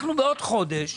אנחנו בעוד חודש,